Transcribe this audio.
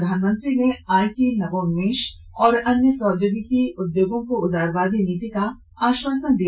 प्रधानमंत्री ने आईटी नवोन्मेष और अन्य प्रौद्योगिकी उद्योगों को उदारवादी नीति का आश्वावसन दिया